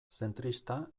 zentrista